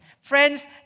Friends